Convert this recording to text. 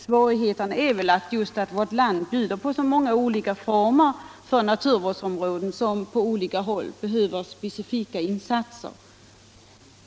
Svårigheterna ligger väl i det förhållandet att vårt land bjuder på så många olika former av naturvårdsområden som på olika håll behöver specifika insatser.